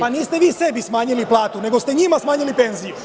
Pa niste vi sebi smanjili platu, nego ste njima smanjili penziju.